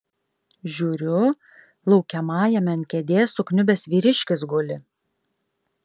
žiūriu laukiamajame ant kėdės sukniubęs vyriškis guli